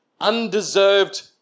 undeserved